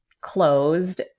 closed